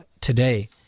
today